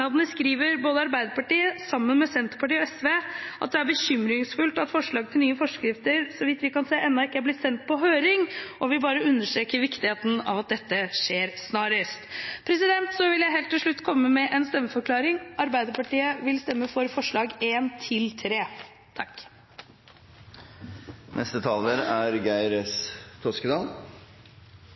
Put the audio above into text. skriver Arbeiderpartiet sammen med Senterpartiet og SV at det er bekymringsfullt at forslag til nye forskrifter – så vidt vi kan se – ennå ikke er blitt sendt på høring, og vi bare understreker viktigheten av at dette skjer snarest. Så vil jeg helt til slutt komme med en stemmeforklaring: Arbeiderpartiet vil stemme for forslagene nr. 1–3. Presidenten vil minne om at uttrykket «beklager» er